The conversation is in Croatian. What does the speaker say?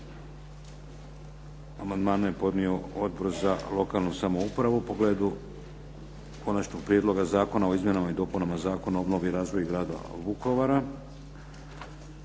Amandmane je podnio Odbor za lokalnu samoupravu u pogledu Konačnog prijedloga zakona o izmjenama Zakona o obnovi i razvoju Grada Vukovara.